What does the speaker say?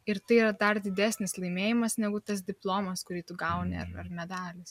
ir tai yra dar didesnis laimėjimas negu tas diplomas kurį tu gauni ar ar medalis